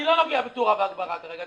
אני לא נוגע בתאורה והגברה כרגע.